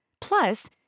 Plus